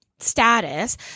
Status